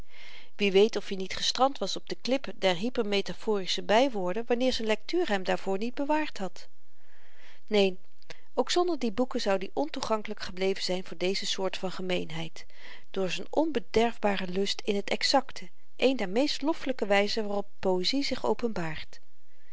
wie weet of-i niet gestrand was op de klip der hypermetaforische bywoorden wanneer z'n lektuur hem daarvoor niet bewaard had neen ook zonder die boeken zoud i ontoegankelyk gebleven zyn voor deze soort van gemeenheid door z'n onbederfbare lust in t exakte een der meest loffelyke wyzen waarop poëzie zich openbaart